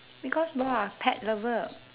because both are pet lover